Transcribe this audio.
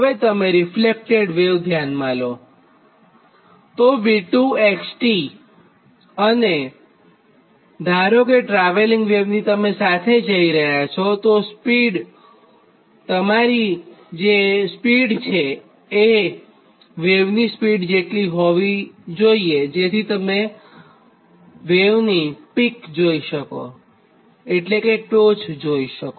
હવેતમે reflected wave ધ્યાનમાં લો તો V2xt અને ધારો કે તમે ટ્રાવેલિંગ વેવની સાથે જઈ રહ્યા છોતમારી સ્પીડ વેવની સ્પીડ જેટલી હોવી જોઇએ કે તમે ટોચ એટલે કે પીક જોઇ શકો